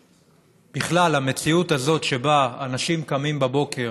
בכלל, המציאות הזאת שבה אנשים קמים בבוקר,